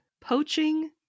poaching